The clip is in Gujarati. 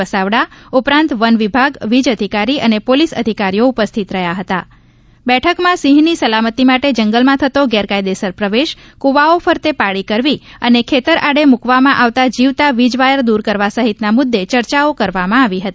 વસાવડા ઉપરાંત વન વિભાગ વીજ અધિકારી અને પોલીસ અધિકારીઓ ઉપસ્થિત રહ્યા હતા બેઠકમાં સિંહની સલામતી માટે જંગલમાં થતો ગેર કાયદેસર પ્રવેશ કૂવાઓ ફરતે પાળી કરવી અને ખેતર આડે મુકવામાં આવતા જીવતા વીજ વાયર દ્રર કરવા સહિતના મૂદ્દે ચર્ચાઓ કરવામાં આવી હતી